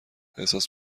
احساس